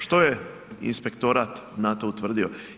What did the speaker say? Što je inspektorat na to utvrdio?